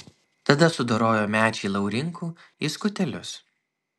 tada sudorojo mečį laurinkų į skutelius